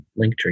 Linktree